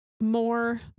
more